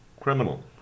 criminal